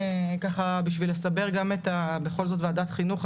בכל זאת ועדת חינוך,